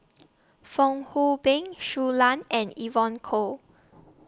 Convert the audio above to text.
Fong Hoe Beng Shui Lan and Evon Kow